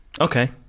Okay